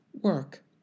work